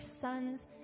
sons